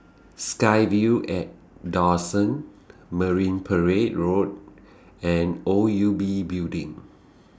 SkyVille At Dawson Marine Parade Road and O U B Building